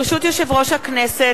ברשות יושב-ראש הכנסת,